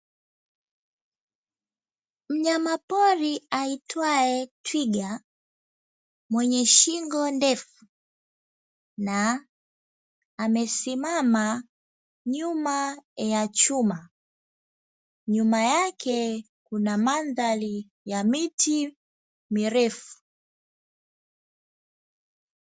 Mnyamapori aitwae twiga, mwenye shingo ndefu na amesimama nyuma ya chuma, nyuma yake kuna mandhari ya miti mirefu.